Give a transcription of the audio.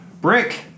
Brick